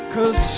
Cause